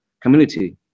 community